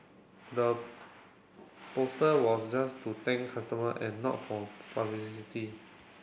the poster was just to thank customer and not for publicity